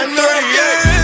38